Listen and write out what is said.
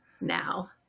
now